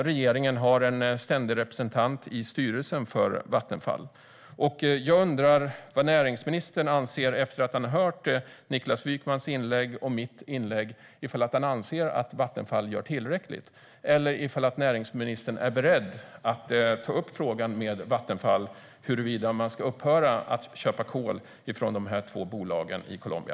Regeringen har en ständig representant i styrelsen för Vattenfall. Efter att ha hört Niklas Wykmans och mitt inlägg, anser näringsministern att Vattenfall gör tillräckligt? Är näringsministern beredd att ta upp frågan med Vattenfall om man ska upphöra med att köpa kol från dessa två bolag i Colombia?